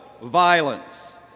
violence